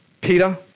Peter